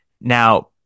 Now